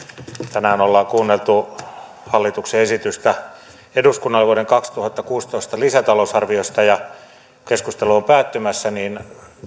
tänään ollaan kuunneltu hallituksen esitystä eduskunnalle vuoden kaksituhattakuusitoista lisätalousarviosta ja kun keskustelu on päättymässä niin